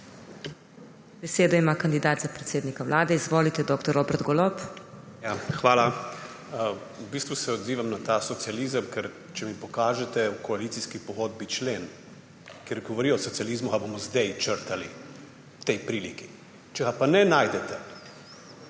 Besedo ima kandidat za predsednika Vlade. Izvolite, dr. Robert Golob. DR. ROBERT GOLOB (PS Svoboda): Hvala. V bistvu se odzivam na ta socializem, ker če mi pokažete v koalicijski pogodbi člen, ki govori o socializmu, ga bomo zdaj črtali, ob tej priliki. Če ga ne najdete,